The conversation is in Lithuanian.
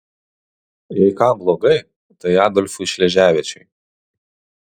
jei kam blogai tai adolfui šleževičiui